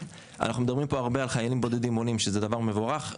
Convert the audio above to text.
אנחנו מדברים פה הרבה על חיילים בודדים עולים שזה דבר מבורך.